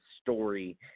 story